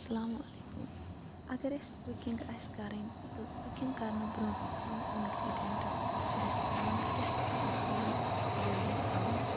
السلام علیکم اگر اسہِ کُکِنٛگ آسہِ کَرٕنۍ تہٕ کُکِنٛگ کرنہٕ بُرونٛہہ کٕم اِنگِریٖڈِیَنٹٕس چھِ اسہِ پیٚوان کیاہ کیاہ چھُ اسہِ پیٚوان ریڈی تھاوُن